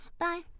Bye